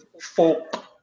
folk